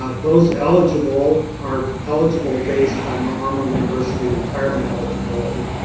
ah those eligible are eligible based on normal university retirement eligibility.